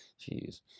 Jeez